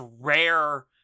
rare